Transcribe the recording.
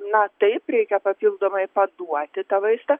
na taip reikia papildomai paduoti tą vaistą